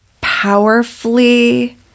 powerfully